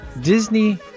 Disney